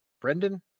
Brendan